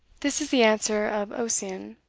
this is the answer of ossian